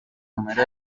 número